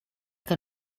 que